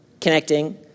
connecting